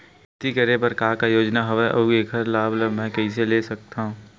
खेती करे बर का का योजना हवय अउ जेखर लाभ मैं कइसे ले सकत हव?